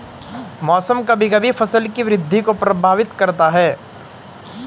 मौसम कभी कभी फसल की वृद्धि को प्रभावित करता है